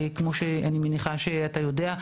כמו שאני מניחה שאתה יודע,